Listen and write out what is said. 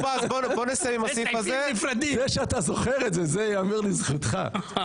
זה שאתה זוכר את זה, זה ייאמר לזכותך.